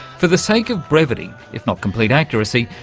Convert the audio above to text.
for the sake of brevity, if not complete accuracy,